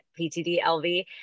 PTDLV